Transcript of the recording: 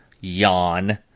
Yawn